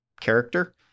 character